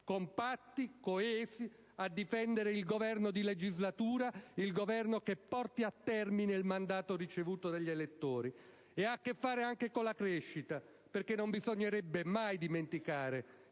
compatti e coesi, a difendere il Governo di legislatura, il Governo che porti a termine il mandato ricevuto dagli elettori. Ha a che fare anche con la crescita, perché non bisognerebbe mai dimenticare